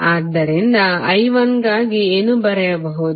ಆದ್ದರಿಂದ I1 ಗಾಗಿ ಏನು ಬರೆಯಬಹುದು